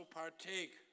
partake